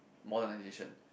modernization